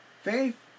Faith